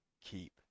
keep